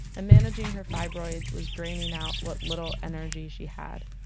and managing her fibroids was draining out what little energy she had.